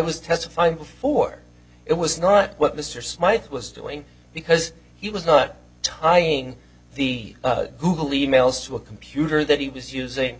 was testifying before it was not what mr smyth was doing because he was not tying the google e mails to a computer that he was using